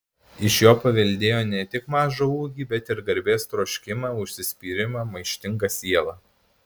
iš jo paveldėjo ne tik mažą ūgį bet ir garbės troškimą užsispyrimą maištingą sielą